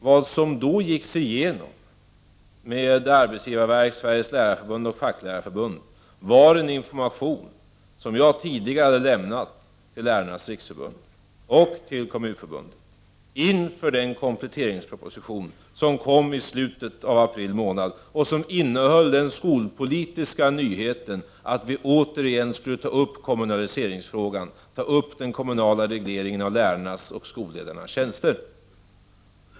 Vad som då gicks igenom med arbetsgivarverket, Sveriges Lärarförbund och Svenska Facklärarförbundet var en information som jag tidigare hade lämnat till Lärarnas Riksförbund och till Kommunförbundet inför den kompletteringsproposition som kom i slutet av april månad och som innehöll den skolpolitiska nyheten att vi åter skulle ta upp frågan om skolans kommunalisering och den kommunala regleringen av lärarnas och skolledarnas tjänster.